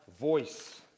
voice